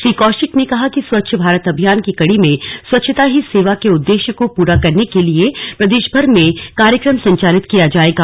श्री कौशिक ने कहा कि स्वच्छ भारत अभियान की कड़ी में स्वच्छता ही सेवा के उद्देश्य को पूरा करने के लिए प्रदेशभर में कार्यक्रम संचालित किया जाएगा